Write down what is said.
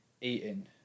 eating